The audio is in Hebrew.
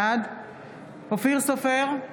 בעד אופיר סופר,